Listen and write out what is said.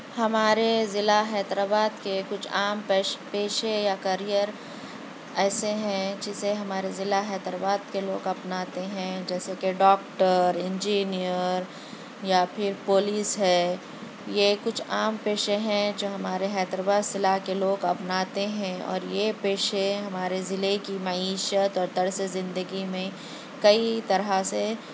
ہمارے ضلع حیدرآباد کے کچھ عام کش پیشے یا کیریئر ایسے ہیں جسے ہمارے ضلع حیدرآباد کے لوگ اپناتے ہے جیسے کہ ڈاکٹر انجینئر یا پھر پولیس ہے یہ کچھ عام پیشے ہیں جو ہمارے حیدرآباد سے لا کے لوگ اپناتے ہیں اور یہ پیشے ہمارے ضلعے کی معیشت اور طرزِ زندگی میں کئی طرح سے